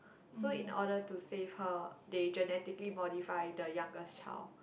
so in order to save her they genetically modify the youngest child